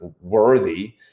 worthy